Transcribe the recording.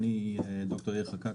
אני ד"ר יאיר חקאק,